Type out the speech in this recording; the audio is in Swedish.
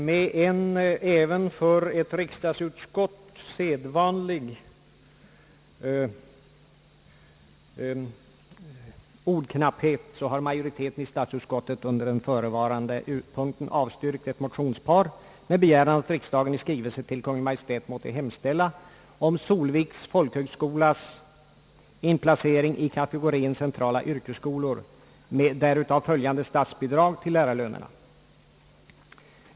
Med en, även för ett riksdagsutskott, osedvanlig ordknapphet har majoriteten i statsutskottet under den förevarande punkten avstyrkt ett motionspar med begäran att riksdagen i skrivelse till Kungl. Maj:t måtte hemställa om Solviks folkhögskolas inplacering i kategorien centrala yrkesskolor med därav följande statsbidrag till lärarlönerna.